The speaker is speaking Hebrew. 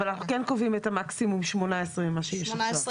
אבל אנחנו כן קובעים את המקסימום 18 ממה שיש עכשיו.